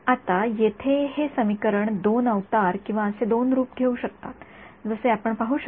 आता येथे हे समीकरण दोन अवतार किंवा असे दोन रूप घेऊ शकतात जसे आपण पाहू शकता